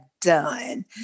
done